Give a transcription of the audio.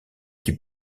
qui